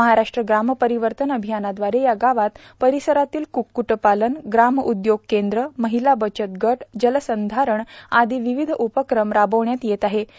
महाराष्ट्र ग्राम परिवर्तन अभियानाद्वार या गावात परसातील क्क्क्टपालनए ग्राम उदयोग केंद्रए महिला बचत गटए जलसधारण आदी विविध उपक्रम राबविण्यात यप्न आहप्र